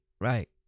right